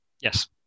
Yes